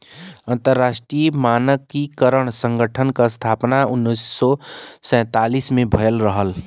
अंतरराष्ट्रीय मानकीकरण संगठन क स्थापना उन्नीस सौ सैंतालीस में भयल रहल